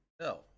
No